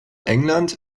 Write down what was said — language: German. england